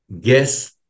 Guess